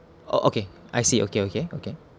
oh okay I see okay okay okay